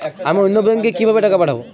আমি অন্য ব্যাংকে কিভাবে টাকা পাঠাব?